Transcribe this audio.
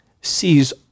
sees